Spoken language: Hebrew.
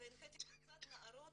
והנחיתי קבוצת נערות